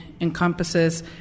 encompasses